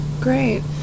Great